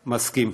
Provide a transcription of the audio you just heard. מסכים.